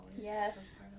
Yes